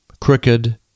crooked